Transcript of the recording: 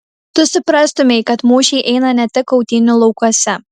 tu suprastumei kad mūšiai eina ne tik kautynių laukuose